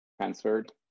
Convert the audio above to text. transferred